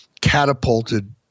catapulted